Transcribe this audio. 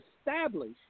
establish